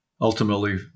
ultimately